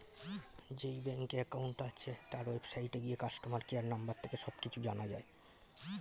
যেই ব্যাংকে অ্যাকাউন্ট আছে, তার ওয়েবসাইটে গিয়ে কাস্টমার কেয়ার নম্বর থেকে সব কিছু জানা যায়